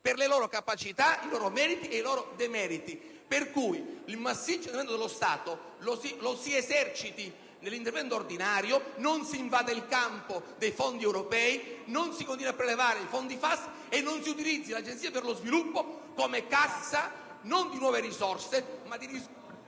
per le loro capacità, i loro meriti e i loro demeriti. Il massiccio intervento dello Stato lo si eserciti nell'intervento ordinario e non si invada il campo dei fondi europei, non si continuino a prelevare i fondi FAS e non si utilizzi l'Agenzia per lo sviluppo come cassa non di nuove risorse...